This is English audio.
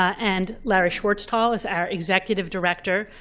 and larry schwartztol is our executive director.